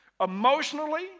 emotionally